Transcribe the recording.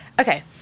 Okay